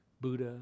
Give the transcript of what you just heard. Buddha